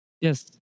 yes